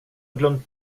glömt